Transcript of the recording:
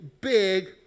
big